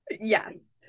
yes